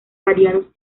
variados